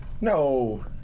No